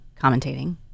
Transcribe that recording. commentating